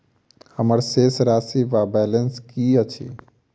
हम्मर शेष राशि वा बैलेंस की अछि?